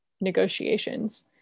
negotiations